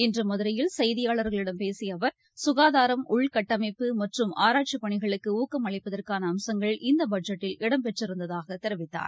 இன்றுமதுரையில் செய்தியாளர்களிடம் பேசியஅவர் சுகாதாரம் உள்கட்டமைப்பு மற்றம் ஆராய்ச்சிப்பணிகளுக்குணக்கம் அளிப்பதற்னனஅம்சங்கள் இந்தபட்ஜெட்டில் இடம்பெற்றிருந்ததாகதெரிவித்தார்